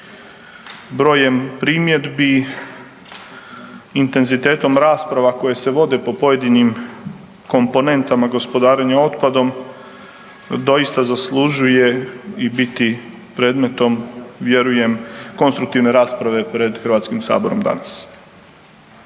Brojem primjedbi, intenzitetom rasprava koje se vode po pojedinim komponentama gospodarenja otpadom doista zaslužuje i biti predmetom vjerujem konstruktivne rasprave pred HS-om danas.